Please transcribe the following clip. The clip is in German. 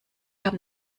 haben